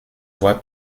voie